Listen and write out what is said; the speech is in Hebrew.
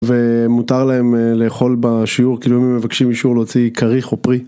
ומותר להם לאכול בשיעור, כאילו אם הם מבקשים אישור להוציא כריך או פרי.